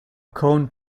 cone